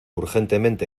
urgentemente